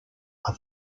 are